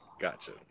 Gotcha